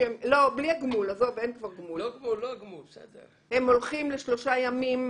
הם הולכים לשלושה ימים.